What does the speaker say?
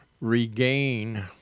regain